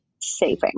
saving